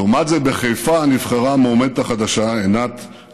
לעומת זאת, בחיפה, שתי קדנציות, אדוני.